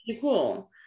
cool